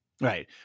Right